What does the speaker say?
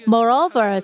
Moreover